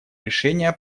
решения